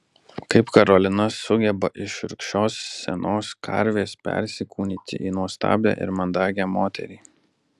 kaip karolina sugeba iš šiurkščios senos karvės persikūnyti į nuostabią ir mandagią moterį